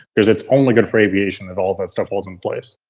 because it's only good for aviation if all that stuff was in place?